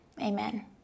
Amen